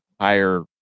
higher